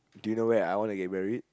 do you know where I wanna get married